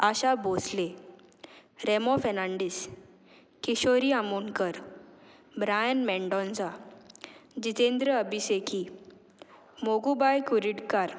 Asha Bhosle Remo Fernandes Kishori Amonkar Brian Mendonca Jitendra Abhisheki Mogubai Kurdikar